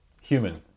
Human